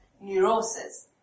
Neurosis